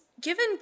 given